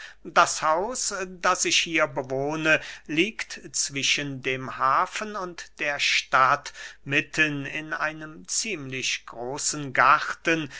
das haus das ich hier bewohne liegt zwischen dem hafen und der stadt mitten in einem ziemlich großen garten